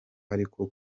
ariko